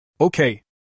Okay